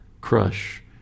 crush